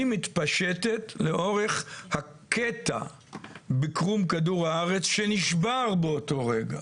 היא מתפשטת לאורך הקטע בקרום כדור הארץ שנשבר באותו רגע.